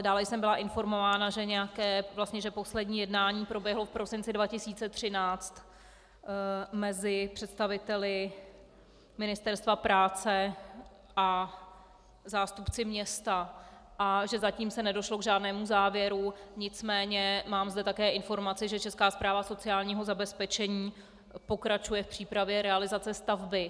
Dále jsem ale byla informována, že vlastně poslední jednání proběhlo v prosinci 2013 mezi představiteli Ministerstva práce a zástupci města a že zatím se nedošlo k žádnému závěru, nicméně mám zde také informaci, že Česká správa sociálního zabezpečení pokračuje v přípravě realizace stavby.